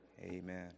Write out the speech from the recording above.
Amen